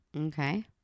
Okay